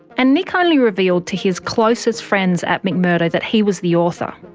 and nick only revealed to his closest friends at mcmurdo that he was the author.